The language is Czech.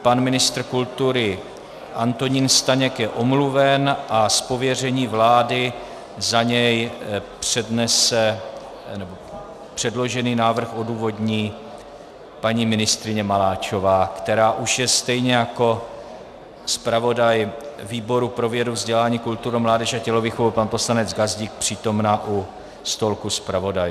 Pan ministr kultury Antonín Staněk je omluven a z pověření vlády za něj předložený návrh odůvodní paní ministryně Maláčová, která už je, stejně jako zpravodaj výboru pro vědu, vzdělání, kulturu, mládež a tělovýchovu pan poslanec Gazdík, přítomna u stolku zpravodajů.